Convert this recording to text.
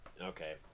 okay